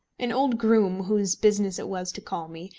an old groom, whose business it was to call me,